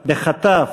בחטף,